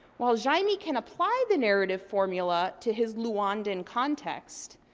while jaime can apply the narrative formula to his luandan context,